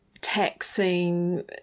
taxing